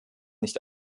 nicht